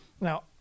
now